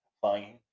flying